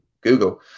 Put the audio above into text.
Google